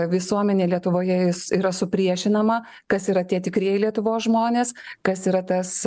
visuomenė lietuvoje yra supriešinama kas yra tie tikrieji lietuvos žmonės kas yra tas